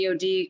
DOD